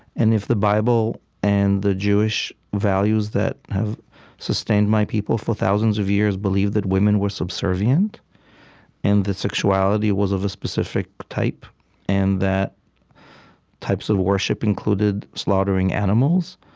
and if the bible and the jewish values that have sustained my people for thousands of years believe that women were subservient and that sexuality was of a specific type and that types of worship included slaughtering animals,